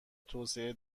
توسعه